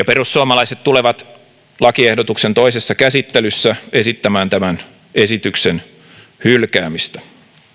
perussuomalaiset tulevat lakiehdotuksen toisessa käsittelyssä esittämään tämän esityksen hylkäämistä